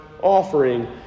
offering